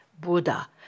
Buddha